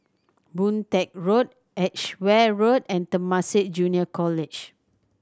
Boon Teck Road Edgeware Road and Temasek Junior College